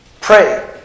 pray